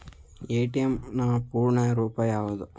ATM ನ ಪೂರ್ಣ ರೂಪ ಯಾವುದು?